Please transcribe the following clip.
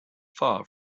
far